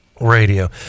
Radio